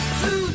two